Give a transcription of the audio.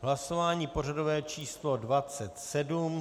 Hlasování pořadové číslo 27.